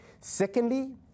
Secondly